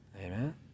amen